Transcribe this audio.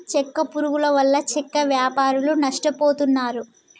చెక్క పురుగుల వల్ల చెక్క వ్యాపారులు నష్టపోతున్నారు